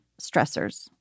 stressors